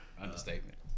Understatement